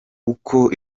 uko